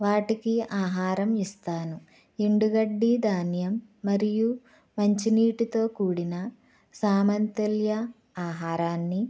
వాటికి ఆహరం ఇస్తాను ఎండు గడ్డి ధాన్యం మరియు మంచి నీటితో కూడిన సమతల్య ఆహారాన్ని